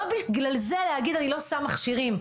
לא בגלל זה להגיד שאני לא שם מכשירים.